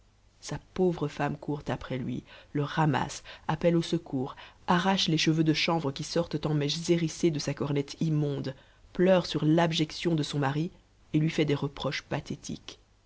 sa pauvre femme court après lui le ramasse appelle au secours arrache les cheveux de chanvre qui sortent en mèches hérissées de sa cornette immonde pleure sur l'abjection de son mari et lui fait des reproches pathétiques